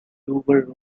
brewer